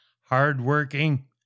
hardworking